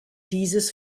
dieses